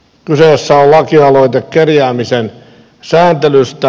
kyseessä on lakialoite kerjäämisen sääntelystä